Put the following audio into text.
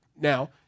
Now